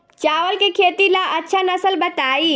चावल के खेती ला अच्छा नस्ल बताई?